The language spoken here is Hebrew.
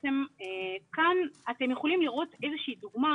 כאן אתם יכולים לראות דוגמה